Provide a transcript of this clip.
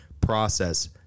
process